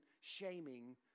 shaming